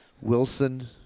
Wilson